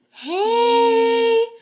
hey